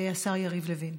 השר יריב לוין.